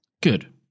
Good